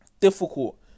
difficult